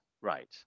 right